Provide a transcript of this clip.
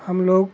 हमलोग